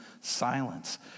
silence